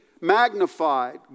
magnified